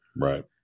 right